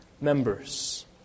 members